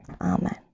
Amen